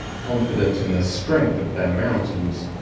confident in the strength of their mountains,